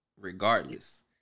regardless